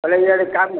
ହେଲେ ଇଆଡ଼େ କାମ୍